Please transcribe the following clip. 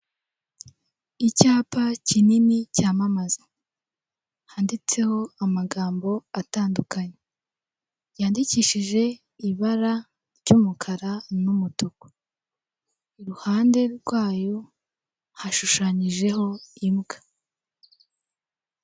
Icyapa kinini cyamamaza handitseho amagambo atandukanye yandikishije ibara ry'umukara n'umutuku, iruhande rwayo hashushanyijeho imbwa.